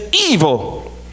evil